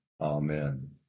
Amen